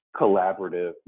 collaborative